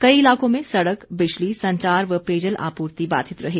कई इलाकों में सड़क बिजली संचार व पेयजल आपूर्ति बाधित रही